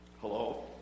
Hello